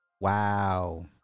Wow